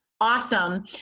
awesome